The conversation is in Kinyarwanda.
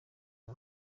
aya